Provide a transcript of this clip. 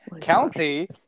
county